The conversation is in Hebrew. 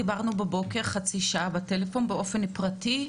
דיברנו בבוקר חצי שעה בטלפון באופן פרטי,